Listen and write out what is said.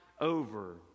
over